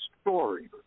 story